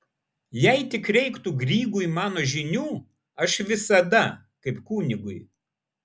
jei tik reiktų grygui mano žinių aš visada kaip kunigui